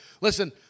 Listen